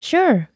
Sure